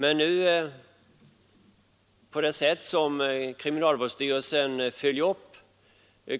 Genom att kriminalvårdsstyrelsen kommer att följa